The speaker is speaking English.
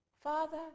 Father